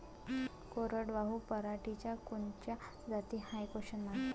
कोरडवाहू पराटीच्या कोनच्या जाती हाये?